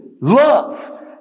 love